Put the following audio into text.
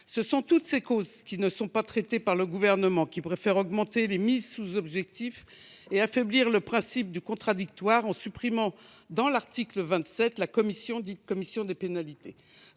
Ces dernières causes ne sont pas traitées par le Gouvernement qui préfère augmenter les mises sous objectif et affaiblir le principe du contradictoire en supprimant, dans l’article 27, ladite commission des pénalités